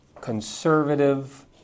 conservative